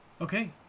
Okay